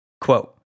quote